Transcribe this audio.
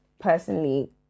personally